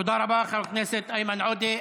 תודה רבה, חבר הכנסת עודה.